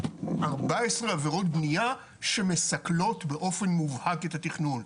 ארבע עשרה עבירות בנייה שמסקלות באופן מובהק את התכנון.